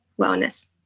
wellness